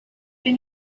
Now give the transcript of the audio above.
been